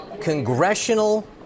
congressional